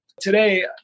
Today